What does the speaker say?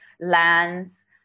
lands